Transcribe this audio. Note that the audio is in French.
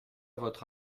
votre